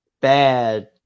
bad